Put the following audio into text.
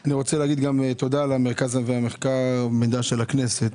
אני רוצה לומר תודה למרכז המחקר והמידע של הכנסת.